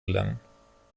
gelangen